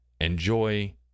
enjoy